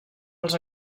als